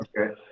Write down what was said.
Okay